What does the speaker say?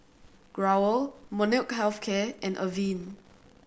Growell Molnylcke Health Care and Avene